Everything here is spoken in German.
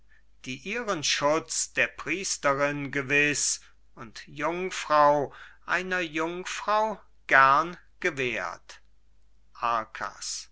die ihren schutz der priesterin gewiß und jungfrau einer jungfrau gern gewährt